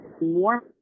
more